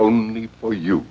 only for you